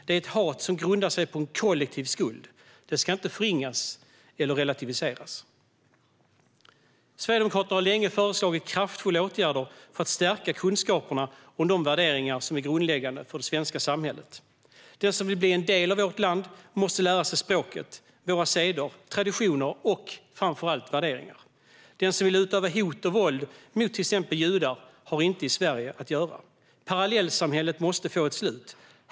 Det är ett hat som grundar sig på en kollektiv skuld, och det ska inte förringas eller relativiseras. Sverigedemokraterna har länge föreslagit kraftfulla åtgärder för att stärka kunskaperna om de värderingar som är grundläggande för det svenska samhället. Den som vill bli en del av vårt land måste lära sig språket, våra seder, traditioner och framför allt värderingar. Den som vill utöva hot och våld mot till exempel judar har inte i Sverige att göra. Parallellsamhället måste få ett slut.